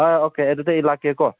ꯑꯥ okay ꯑꯗꯨꯗꯤ ꯑꯩ ꯂꯥꯛꯀꯦꯀꯣ